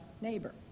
neighbor